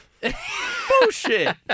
Bullshit